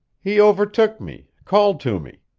he overtook me called to me.